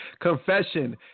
Confession